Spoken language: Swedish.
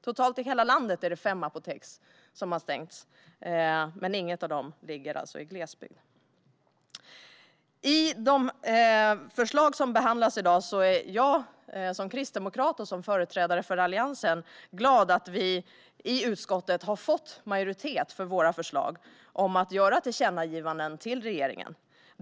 Totalt i hela landet har fem apotek stängts, men inget av dem fanns alltså i glesbygd. Vad gäller de förslag som behandlas i dag är jag som kristdemokrat och företrädare för Alliansen glad att vi i utskottet har fått majoritet för våra förslag om att göra tillkännagivanden till regeringen.